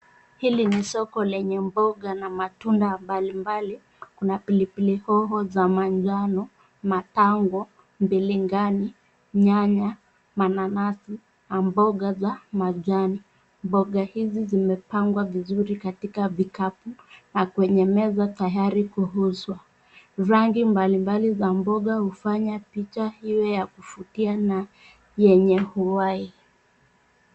Hili ni soko lenye mboga na matunda mbalimbali, kuna pilipili hoho za manjano, matango, mbiriganya, nyanya, mananasi, na mboga za majani, mboga hizi zimepangwa vizuri katika vikapu na kwenye meza tayari kuuzwa, rangi mbalimbali za mboga hufanya picha iwe ya kuvutia na yenye uhai.